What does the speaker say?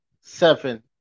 seven